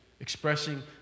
expressing